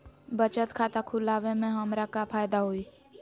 बचत खाता खुला वे में हमरा का फायदा हुई?